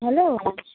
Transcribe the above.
hello